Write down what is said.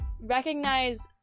recognize